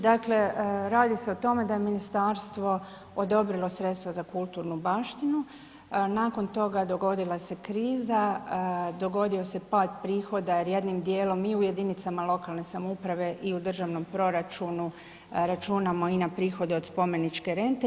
Dakle, radi se o tome da je ministarstvo odobrilo sredstva za kulturnu baštinu, nakon toga dogodila se kriza, dogodio se pad prihoda jer jednim dijelom mi u jedinicama lokalne samouprave i u državnom proračunu računamo i na prihode od spomeničke rente.